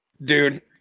Dude